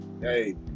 hey